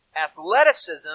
athleticism